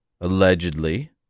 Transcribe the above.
allegedly